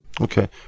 Okay